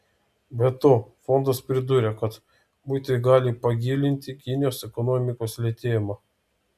be to fondas pridūrė kad muitai gali pagilinti kinijos ekonomikos lėtėjimą